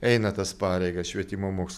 eina tas pareigas švietimo mokslo